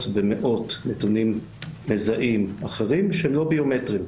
ומאות נתונים מזהים אחרים שהם לא ביומטריים,